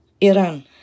Iran